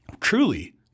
truly